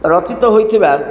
ରଚିତ ହୋଇଥିବା